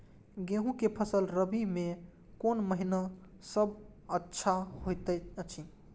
गेहूँ के फसल रबि मे कोन महिना सब अच्छा होयत अछि?